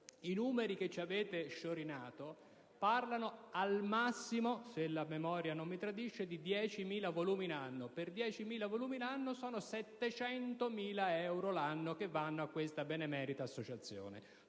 I numeri che ci avete sciorinato parlano al massimo - se la memoria non mi tradisce - di 10.000 volumi all'anno: per 10.000 volumi l'anno, 700.000 euro annui vanno a questa benemerita associazione,